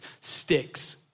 sticks